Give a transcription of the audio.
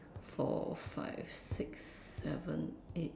four five six seven eight